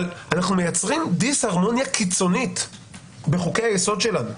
אבל אנחנו מייצרים דיס הרמוניה קיצונית בחוקי-היסוד שלנו.